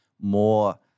more